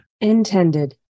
intended